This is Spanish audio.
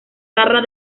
barra